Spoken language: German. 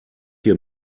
hier